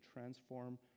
transform